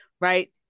right